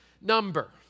number